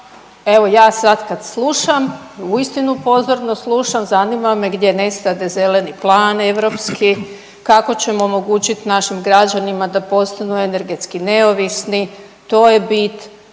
evo ja sad kad slušam, uistinu pozorno slušam zanima me gdje nestade zeleni plan europski, kako ćemo omogućiti našim građanima da postanu energetski neovisni. To je bit,